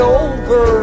over